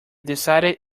decided